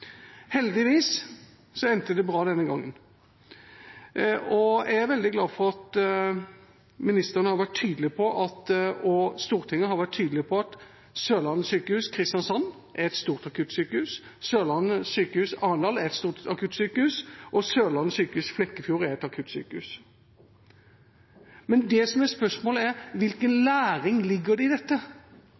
Heldigvis endte det bra denne gangen, og jeg er veldig glad for at ministeren har vært tydelig på, og Stortinget har vært tydelig på, at Sørlandet sykehus Kristiansand er et stort akuttsykehus, at Sørlandet sykehus Arendal er et stort akuttsykehus, og at Sørlandet sykehus Flekkefjord er et akuttsykehus. Men spørsmålet er: Hvilken læring ligger det i dette?